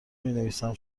مینویسم